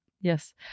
Yes